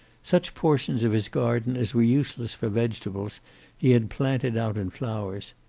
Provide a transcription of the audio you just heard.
such portions of his garden as were useless for vegetables he had planted out in flowers.